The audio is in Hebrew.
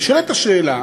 נשאלת השאלה,